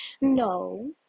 No